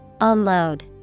Unload